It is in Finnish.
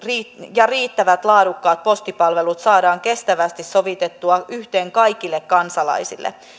ja riittävät laadukkaat postipalvelut saadaan kestävästi sovitettua yhteen kaikille kansalaisille tästä